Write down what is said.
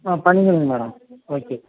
ஆ பண்ணிக்கினேங்க madam okay